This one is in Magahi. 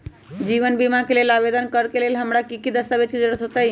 जीवन बीमा के लेल आवेदन करे लेल हमरा की की दस्तावेज के जरूरत होतई?